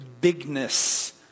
bigness